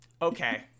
okay